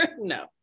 no